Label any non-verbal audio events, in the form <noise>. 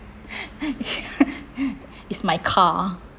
<laughs> is my car